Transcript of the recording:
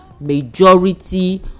majority